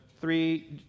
three